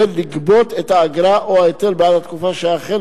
ולגבות את האגרה או ההיטל בעד התקופה שהחל